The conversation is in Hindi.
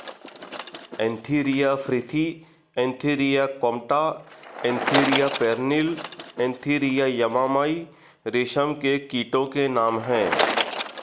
Antheraea frithi Antheraea compta Antheraea pernyi Antheraea yamamai रेशम के कीटो के नाम हैं